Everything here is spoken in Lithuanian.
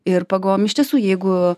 ir pagalvojom iš tiesų jeigu